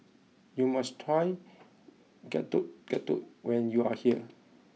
you must try Getuk Getuk when you are here